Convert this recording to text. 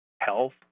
health